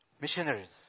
missionaries